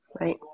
right